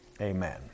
amen